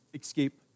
escape